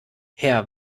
herr